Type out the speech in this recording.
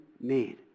made